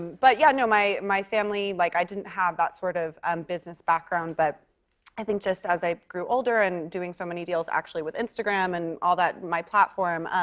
but, yeah. no, my my family like, i didn't have that sort of um business background, but i think just as i grew older and doing so many deals actually with instagram and all that and my platform,